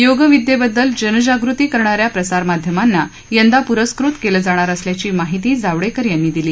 योगविद्येबद्दल जनजागृती करणाऱ्या प्रसारमाध्यमांना यंदा पुरस्कृत केलं जाणार असल्याची माहितीही जावडेकर यांनी दिली